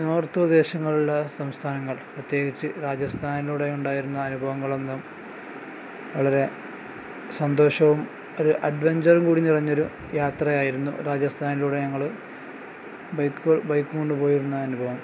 north പ്രദേശങ്ങളുള്ള സംസ്ഥാനങ്ങൾ പ്രത്യേകിച്ച് രാജസ്ഥാനിലൂടെ ഉണ്ടായിരുന്ന അനുഭവങ്ങളൊന്നും വളരെ സന്തോഷവും ഒരു അഡ്വഞ്ചറും കൂടി നിറഞ്ഞൊരു യാത്രയായിരുന്നു രാജസ്ഥാനിലൂടെ ഞങ്ങൾ ബൈക്ക് ബൈക്ക് കൊണ്ട് പോയിരുന്ന ആ അനുഭവം